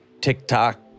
TikTok